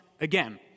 again